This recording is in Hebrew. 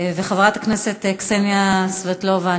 וחברת הכנסת קסניה סבטלובה,